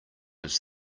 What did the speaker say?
his